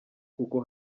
kuko